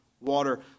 water